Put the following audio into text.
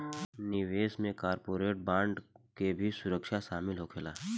निवेश में corporate bond के भी सुरक्षा शामिल होखेला